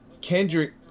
Kendrick